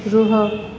ରୁହ